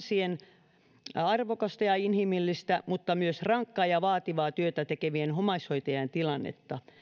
helpotettaisiin tuhansien arvokasta ja inhimillistä mutta myös rankkaa ja vaativaa työtä tekevien omaishoitajien tilannetta